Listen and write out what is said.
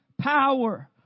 power